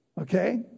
okay